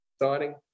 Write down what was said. exciting